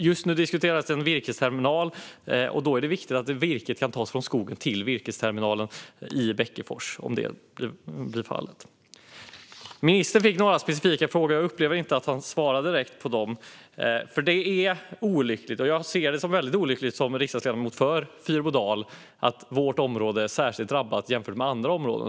Just nu diskuteras en virkesterminal, och det är viktigt att virket kan tas från skogen till denna terminal i Bäckefors om så blir fallet. Statsrådet fick några specifika frågor, men jag upplevde inte att han svarade på dem. Som riksdagsledamot för Fyrbodal tycker jag att det är olyckligt att vårt område är mer drabbat än andra områden.